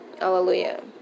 Hallelujah